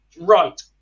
Right